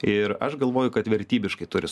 ir aš galvoju kad vertybiškai turi